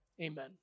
Amen